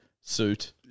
suit